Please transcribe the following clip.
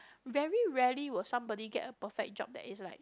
very rarely will somebody get a perfect job that is like